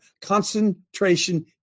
concentration